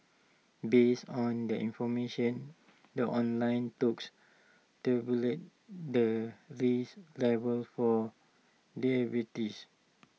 based on the information the online tabulates the risk level for diabetes